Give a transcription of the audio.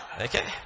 Okay